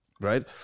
Right